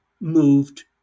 moved